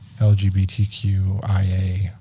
LGBTQIA